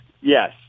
yes